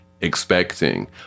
expecting